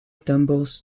tumbles